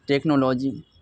technology